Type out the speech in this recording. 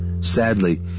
Sadly